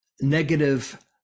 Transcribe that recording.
negative